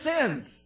sins